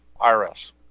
IRS